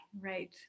right